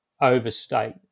overstate